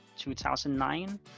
2009